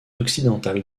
occidentale